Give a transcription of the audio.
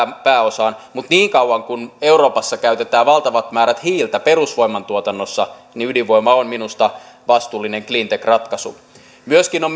pääosaan mutta niin kauan kuin euroopassa käytetään valtavat määrät hiiltä perusvoimantuotannossa ydinvoima on minusta vastuullinen cleantech ratkaisu minusta on